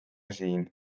siin